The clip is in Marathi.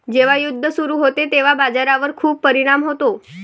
जेव्हा युद्ध सुरू होते तेव्हा बाजारावर खूप परिणाम होतो